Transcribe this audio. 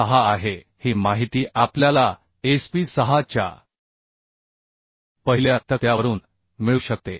6 आहे ही माहिती आपल्याला SP 6 च्या पहिल्या तक्त्यावरून मिळू शकते